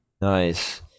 Nice